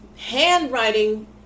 handwriting